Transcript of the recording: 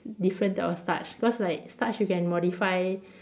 different type of starch cause like starch you can modify